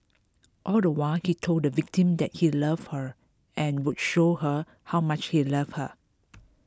all the while he told the victim that he loved her and would show her how much he loved her